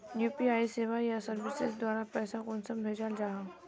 UPI सेवाएँ या services द्वारा पैसा कुंसम भेजाल जाहा?